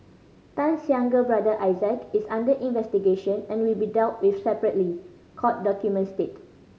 Tan's younger brother Isaac is under investigation and will be dealt with separately court documents state